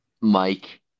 Mike